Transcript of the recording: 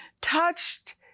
touched